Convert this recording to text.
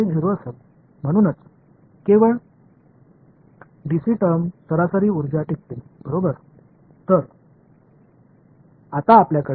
எனவே அதனால்தான் சராசரி சக்தி dc யின் வெளிப்பாடு மட்டுமே நீடித்து இருக்கிறது